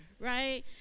right